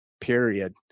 period